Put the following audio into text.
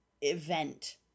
event